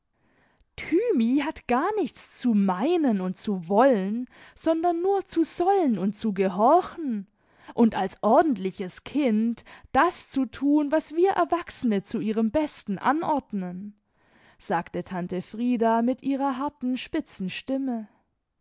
thymi hat gar nichts zu meinen und zu wollen sondern nur zu sollen und zu gehorchen und als ordentliches kind das zu tun was wir erwachsene zu ihrem besten anordnen sagte tante frieda mit ihrer harten spitzen stimme